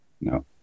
No